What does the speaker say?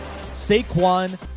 Saquon